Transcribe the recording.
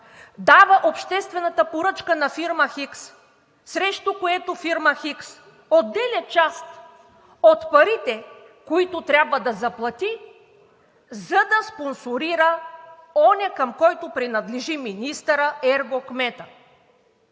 дава обществената поръчка на фирма Хикс, срещу което фирма Хикс отделя част от парите, които трябва да заплати, за да спонсорира оня, към който принадлежи министърът, ерго кметът.